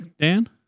Dan